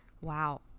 wow